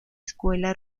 escuela